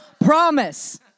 promise